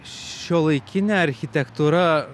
šiuolaikinė architektūra